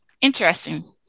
interesting